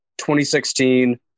2016